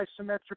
isometric